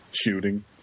shooting